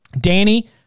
Danny